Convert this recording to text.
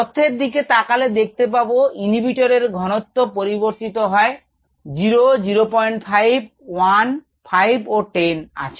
তথ্যের দিকে তাকালে দেখতে পাবো inhibitor এর ঘনত্ব পরিবর্তিত হয় 0 05 1 5 ও 10 আছে